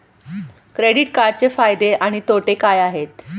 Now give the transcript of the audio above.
Credit कार्डचे फायदे आणि तोटे काय आहेत?